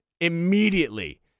immediately